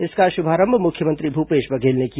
इसका शुभारंभ मुख्यमंत्री भूपेश बघेल ने किया